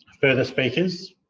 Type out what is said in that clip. further speakers?